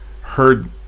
heard